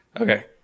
okay